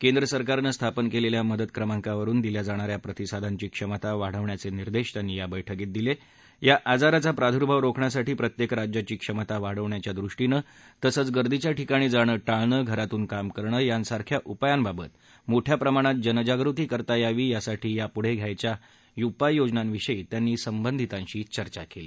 केंद्र सरकारनं स्थापन क्लिखा मदत क्रमांकावरून दिल्या जाणाऱ्या प्रतिसादांची क्षमता वाढवण्याचातिर्देश त्यांनी आढावा बैठकीत दिला आजाराचा प्रादुर्भाव रोखण्यासाठी प्रत्यक्तिराज्याची क्षमता वाढविण्याच्या दृष्टीनं तसंच गर्दीच्या ठिकाणी जाणं टाळणं घरातून काम करणं यांसारख्या उपायांबाबत मोठ्या प्रमाणात जनजागृती करता यावी यासाठी यापुढक्रिती घ्यायच्या उपाययोजनांविषयी त्यांनी संबंधितांशी चर्चा कल्ली